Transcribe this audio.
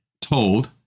told